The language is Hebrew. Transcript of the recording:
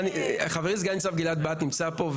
חברי סגן ניצב גלעד ברט נמצא פה,